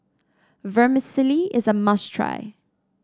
vermicelli is a must try